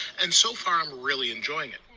and so far i'm really enjoying it.